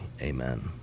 Amen